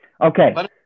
Okay